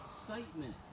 excitement